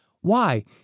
Why